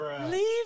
Leave